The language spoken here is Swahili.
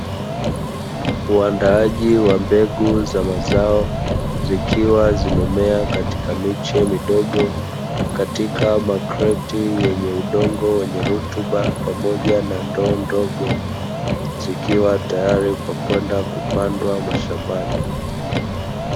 Uandaaji wa mbegu za mazao, zikiwa zimemea katika miche midogo katika makreti, yenye udongo wenye rutuba pamoja na ndoo ndogo zikiwa tayari kwa kwenda kupandwa mashambani.